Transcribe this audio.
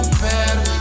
better